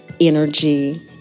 energy